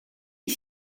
est